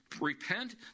Repent